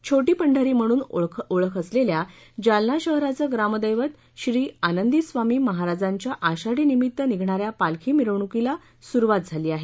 छोटी पंढरी म्हणून ओळख असलेल्या जालना शहराचं ग्रामदैवत श्री आनंदीस्वामी महाराजांच्या आषाढीनिमित्त निघणाऱ्या पालखी मिरवणूकीला सुरुवात झाली आहे